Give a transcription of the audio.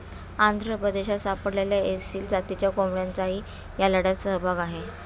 आंध्र प्रदेशात सापडलेल्या एसील जातीच्या कोंबड्यांचाही या लढ्यात सहभाग आहे